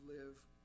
live